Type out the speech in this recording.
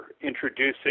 introducing